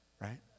right